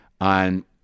on